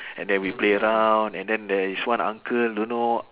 and then we play around and then there is one uncle don't know